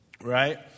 Right